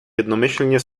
jednomyślnie